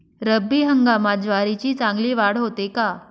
रब्बी हंगामात ज्वारीची चांगली वाढ होते का?